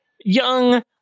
young